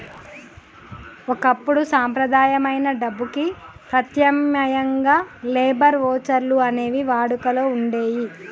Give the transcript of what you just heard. ఒకప్పుడు సంప్రదాయమైన డబ్బుకి ప్రత్యామ్నాయంగా లేబర్ వోచర్లు అనేవి వాడుకలో వుండేయ్యి